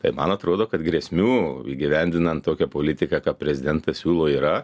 tai man atrodo kad grėsmių įgyvendinant tokią politiką ką prezidentas siūlo yra